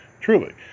truly